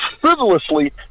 frivolously